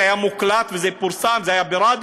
זה היה מוקלט וזה פורסם, זה היה ברדיו.